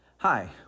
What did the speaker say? Hi